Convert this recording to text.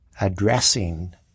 addressing